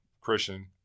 christian